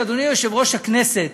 אדוני יושב-ראש הכנסת,